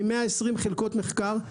מ-120 חלקות מחקר,